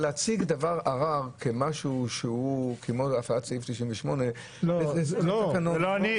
להציג ערר כאילו הוא משהו כמו הפעלת סעיף 98 --- זה אני,